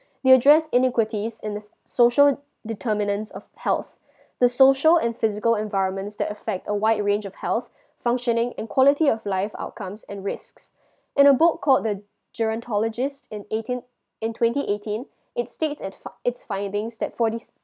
to address inequalities in s~ social determinant's of health the social and physical environments that affect a wide range of health functioning and quality of life outcomes and risks in a book called the gerontologist in eighteen in twenty eighteen it states it fin~ it's findings that forty s~